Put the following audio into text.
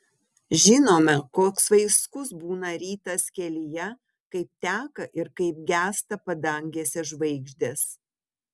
žinome koks vaiskus būna rytas kelyje kaip teka ir kaip gęsta padangėse žvaigždės